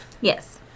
Yes